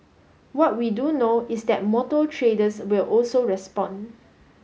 what we do know is that motor traders will also respond